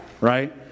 Right